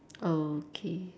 okay